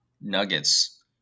Nuggets